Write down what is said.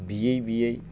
बियै बियै